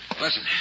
Listen